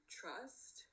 trust